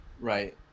right